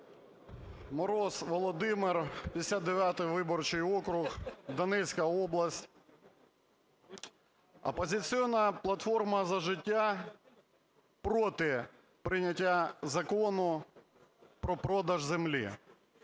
Мороз Володимир, 59 виборчий округ, Донецька область. "Опозиційна платформа - За життя" проти прийняття Закону про продаж землі.